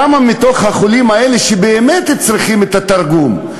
כמה מתוך החולים האלה באמת צריכים את התרגום?